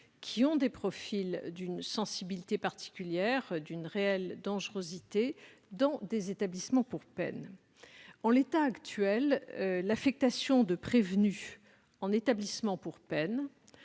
ayant des profils d'une sensibilité particulière et d'une réelle dangerosité dans des établissements pour peine. En l'état actuel, l'affectation de prévenus en établissements pour peine,